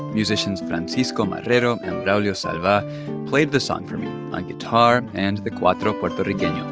musicians francisco marrero and braulio salva played the song for me on guitar and the cuatro puertorriqueno